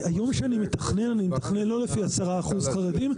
היום כשאני מתכנן אני מתכנן לא לפי 10% חרדים,